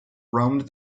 roamed